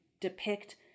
depict